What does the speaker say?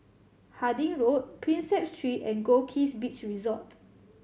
Harding Road Prinsep Street and Goldkist Beach Resort